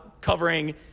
covering